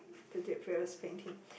to do various painting